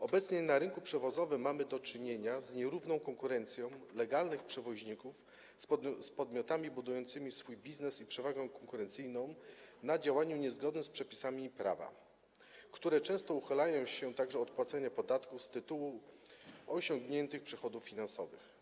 Obecnie na rynku przewozowym mamy do czynienia z nierówną konkurencją legalnych przewoźników z podmiotami budującymi swój biznes i przewagę konkurencyjną na działaniu niezgodnym z przepisami prawa, które to podmioty często uchylają się także od płacenia podatków z tytułu osiągniętych przychodów finansowych.